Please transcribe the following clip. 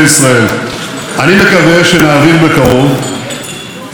אני מקווה שנעביר בקרוב את חוק הגיוס,